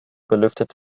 belüftet